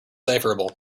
indecipherable